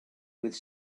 with